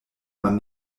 man